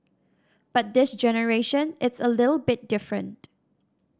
but this generation it's a little bit different